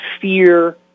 fear